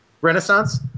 renaissance